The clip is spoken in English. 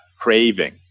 craving